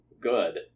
good